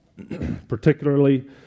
particularly